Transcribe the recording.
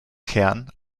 kern